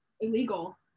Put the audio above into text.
Illegal